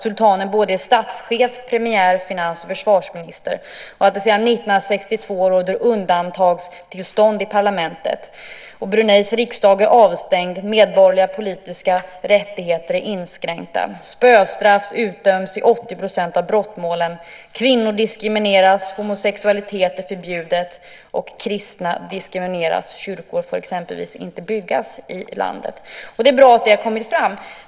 Sultanen är både statschef och premiär-, finans och försvarsminister. Sedan 1962 råder det undantagstillstånd i parlamentet. Bruneis riksdag är avstängd. Medborgerliga politiska rättigheter är inskränkta. Spöstraff utdöms i 80 % av brottmålen. Kvinnor diskrimineras. Homosexualitet är förbjuden. Kristna diskrimineras; kyrkor får exempelvis inte byggas i landet. Det är bra att det har kommit fram.